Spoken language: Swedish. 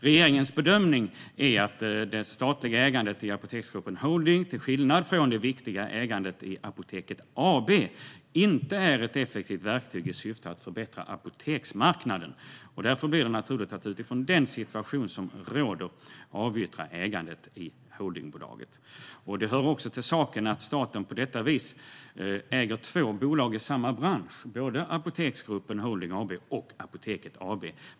Regeringens bedömning är att det statliga ägandet i Apoteksgruppen i Sverige Holding till skillnad från det viktiga ägandet i Apoteket AB inte är ett effektivt verktyg i syfte att förbättra apoteksmarknaden. Därför blir det naturligt att utifrån den situation som råder avyttra ägandet i holdingbolaget. Det hör också till saken att staten på detta vis äger två bolag i samma bransch, både Apoteksgruppen i Sverige Holding AB och Apoteket AB.